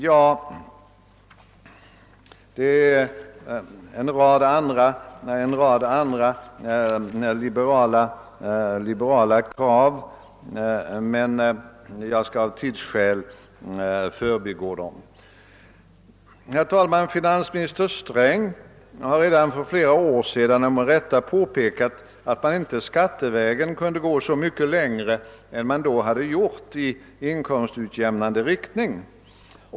Jag kommer av tidsskäl att gå förbi en rad Övriga liberala krav. Finansminister Sträng har för flera år sedan — och med rätta — påpekat att man inte skattevägen kan gå så mycket längre än man då hade gjort i utjämnande rikt ning.